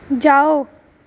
जाओ